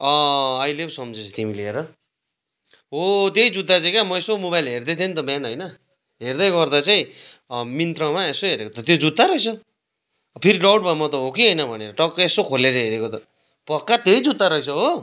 अँ अहिले पो सम्झिएछ् तिमीले हेर हो त्यही जुत्ता चाहिँ क्या म यसो मोबाइल हेर्दै थिएँ नि त बिहान होइन हेर्दै गर्दा चाहिँ मिन्त्रमा यसो हेरेको त त्यो जुत्ता रहेछ फेरि डाउ ट भयो म त हो कि होइन भनेर टक्कै यसो खोलेर हेरेको त पक्का त्यही जुत्ता रहेछ हो